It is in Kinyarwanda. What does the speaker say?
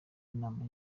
y’inama